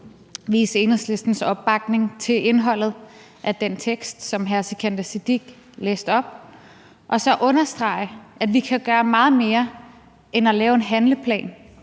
vise Enhedslistens opbakning til indholdet af den vedtagelselsestekst, som hr. Sikandar Siddique læste op, og så understrege, at vi kan gøre meget mere end at lave en handleplan.